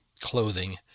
clothing